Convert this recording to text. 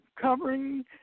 covering